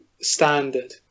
standard